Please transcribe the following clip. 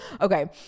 Okay